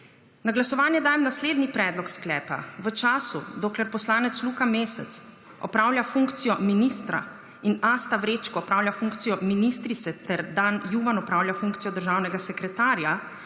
Na glasovanje dajem naslednji predlog sklepa: V času, dokler poslanec Luka Mesec opravlja funkcijo ministra in Asta Vrečko opravlja funkcijo ministrice ter Dan Juvan opravlja funkcijo državnega sekretarja,